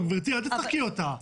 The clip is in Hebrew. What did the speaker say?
קיבלתם, גברתי, את תשחקי אותה.